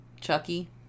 Chucky